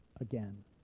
again